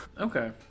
Okay